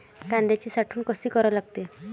कांद्याची साठवन कसी करा लागते?